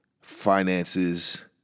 finances